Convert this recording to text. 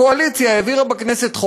הקואליציה העבירה בכנסת,